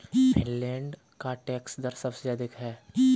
Finland का टैक्स दर सबसे अधिक है